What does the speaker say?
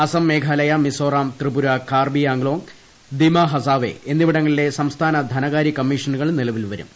അസം മേഘാലയ മിസോറം ത്രിപുര കാർബി ആങ്ലോങ് ദിമ ഹസാവെ എന്നിവിടങ്ങളിൽ സംസ്ഥാന ധനകാര്യ കമ്മീഷനുകൾ നിലവിൽ വരും